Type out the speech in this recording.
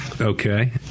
Okay